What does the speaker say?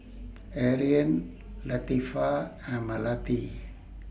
Aryan Latifa and Melati